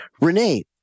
Renee